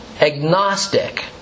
agnostic